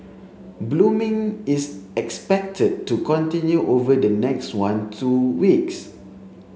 blooming is expected to continue over the next one two weeks